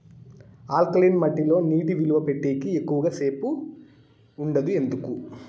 alkaline మట్టి లో నీటి నిలువ పెట్టేకి ఎక్కువగా సేపు ఉండదు ఎందుకు